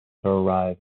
arrive